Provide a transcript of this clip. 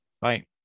Bye